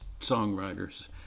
songwriters